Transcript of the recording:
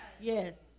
Yes